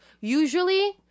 usually